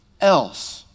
else